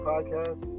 Podcast